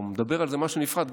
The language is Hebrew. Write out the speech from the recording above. או מדבר על זה משהו נפרד.